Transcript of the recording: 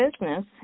business